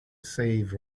save